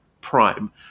prime